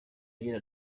agira